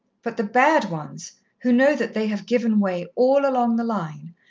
but the bad ones, who know that they have given way all along the line,